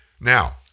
Now